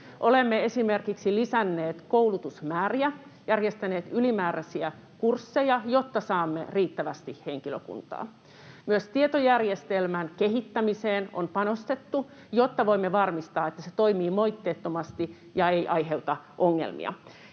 Olemme esimerkiksi lisänneet koulutusmääriä, järjestäneet ylimääräisiä kursseja, jotta saamme riittävästi henkilökuntaa. Myös tietojärjestelmän kehittämiseen on panostettu, jotta voimme varmistaa, että se toimii moitteettomasti ja ei aiheuta ongelmia.